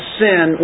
sin